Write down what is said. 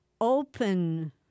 Open